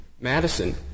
Madison